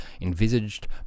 envisaged